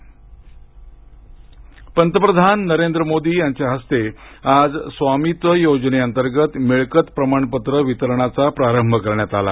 पंतप्रधान स्वामित्व पंतप्रधान नरेंद्र मोदी यांच्या हस्ते आज स्वामित्व योजने अंतर्गत मिळकत प्रमाणपत्र वितरणाचा प्रारंभ करण्यात आला